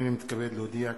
הנני מתכבד להודיע,